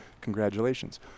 congratulations